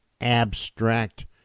abstract